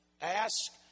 ask